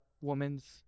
woman's